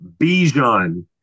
Bijan